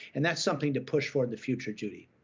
and that's something to push for in the future, judy.